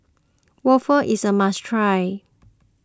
Waffle is a must try